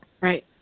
Right